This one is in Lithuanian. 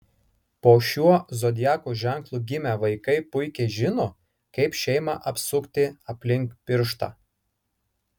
po šiuo zodiako ženklu gimę vaikai puikiai žino kaip šeimą apsukti aplink pirštą